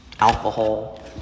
alcohol